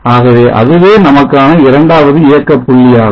ஆகவே அதுவே நமக்கான இரண்டாவது இயக்கப் புள்ளியாகும்